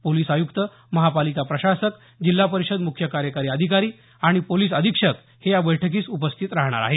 police आयुक्त महापालिका प्रशासक जिल्हा परिषदेचे मुख्य कार्यकारी अधिकारी आणि पोलिस अधीक्षक हे या बैठकीस उपस्थित राहणार आहेत